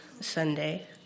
Sunday